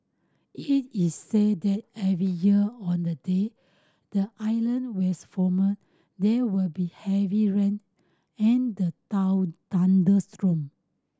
it is said that every year on the day the island was former there would be heavy rain and the thunderstorm